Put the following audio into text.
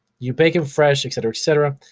you bake them fresh, et cetera, et cetera.